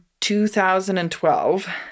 2012